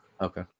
Okay